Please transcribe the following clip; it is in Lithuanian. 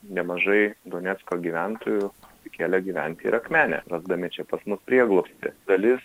nemažai donecko gyventojų atsikėlė gyventi ir akmenę rasdami čia pas mus prieglobstį dalis